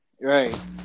Right